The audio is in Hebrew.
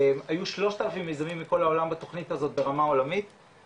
היו 3,000 מיזמים מכל העולם בתוכנית הזאת ברמה עולמית,